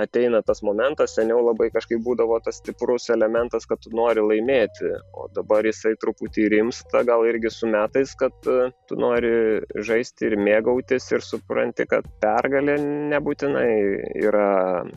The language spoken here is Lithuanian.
ateina tas momentas seniau labai kažkaip būdavo tas stiprus elementas kad tu nori laimėti o dabar jisai truputį rimsta gal irgi su metais kad tu nori žaisti ir mėgautis ir supranti kad pergalė nebūtinai yra